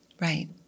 Right